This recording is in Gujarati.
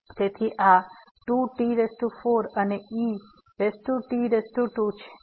તેથી આ 2t4 અને et2 છે